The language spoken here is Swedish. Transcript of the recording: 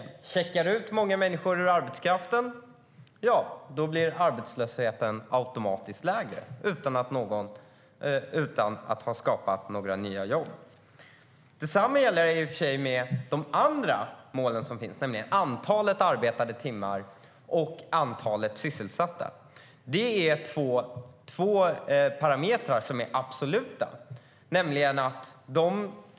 Om man checkar ut många människor ur arbetskraften blir arbetslösheten automatiskt lägre, utan att man skapat några nya jobb. Något liknande gäller i och för sig med de andra mål som finns, nämligen antalet arbetade timmar och antalet sysselsatta. Det är två parametrar som är absoluta.